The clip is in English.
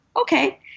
okay